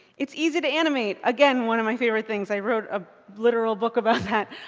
it's easy to animate. again, one of my favorite things. i wrote a literal book about that.